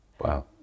wow